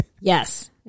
yes